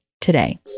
today